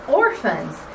orphans